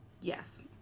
Yes